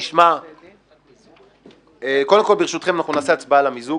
קודם כול, ברשותכם, אנחנו נעשה הצבעה על המיזוג,